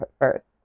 first